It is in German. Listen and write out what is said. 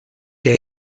der